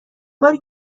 باری